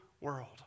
world